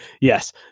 yes